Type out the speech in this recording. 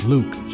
Luke